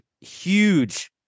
huge